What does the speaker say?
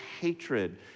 hatred